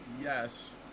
yes